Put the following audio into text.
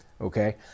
okay